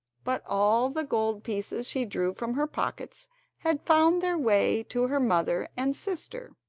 but all the gold pieces she drew from her pockets had found their way to her mother and sister.